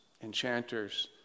enchanters